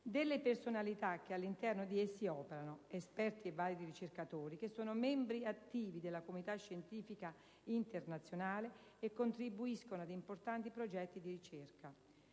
delle personalità che all'interno di essi operano, esperti e validi ricercatori che sono membri attivi della comunità scientifica internazionale e che contribuiscono ad importanti progetti di ricerca.